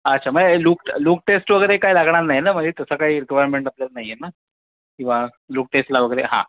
अच्छा म्हए look look test वगैरे काही लागणार नाही नं म्हणजे तसा काही रिक्वायरमेंट आपल्याला नाही आहे नं किंवा लूक टेस्टला वगैरे हां